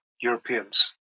Europeans